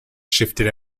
shifted